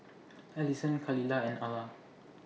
Alyson Khalilah and Ala